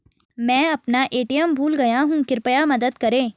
मैं अपना ए.टी.एम भूल गया हूँ, कृपया मदद करें